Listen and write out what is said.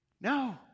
No